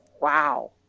Wow